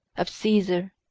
of caesar,